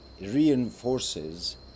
reinforces